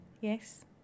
Yes